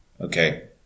okay